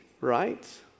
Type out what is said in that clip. right